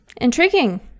Intriguing